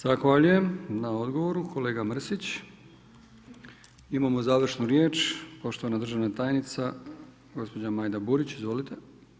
Zahvaljujem na odgovoru kolega Mrsić, imamo završnu riječ, poštovana državna tajnica, gospođa Majda Burić, izvolite.